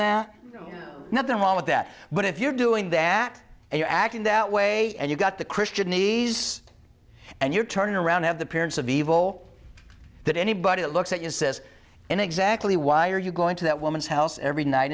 them nothing wrong with that but if you're doing that and you're acting that way and you've got the christian knees and you're turning around have the parents of evil that anybody that looks at you says and exactly why are you going to that woman's house every night